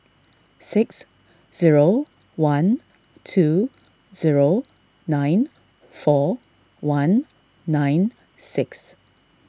six zero one two zero nine four one nine six